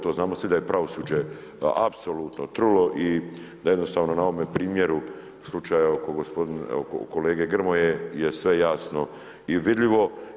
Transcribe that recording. To znamo svi da je pravosuđe apsolutno trulo i da jednostavno na ovome primjeru, slučaju oko kolege Grmoje je sve jasno i vidljivo.